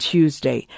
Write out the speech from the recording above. Tuesday